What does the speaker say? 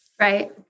Right